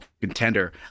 contender